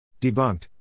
Debunked